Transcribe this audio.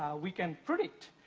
we can predict